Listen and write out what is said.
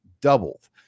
doubled